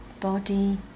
body